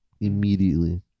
immediately